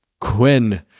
Quinn